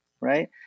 right